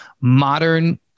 modern